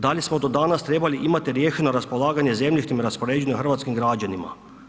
Da li smo do danas trebali imati riješeno raspolaganje zemljištem i raspoređeno hrvatskim građanima?